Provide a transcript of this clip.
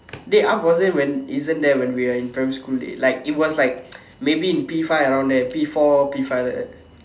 dey up wasn't even isn't when we are in primary school dey like it was like maybe in P-five around there P-four P-five around that